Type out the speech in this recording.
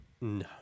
no